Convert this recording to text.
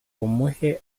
umuhe